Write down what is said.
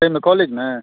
कै मे कॉलेजमे